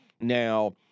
Now